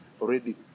already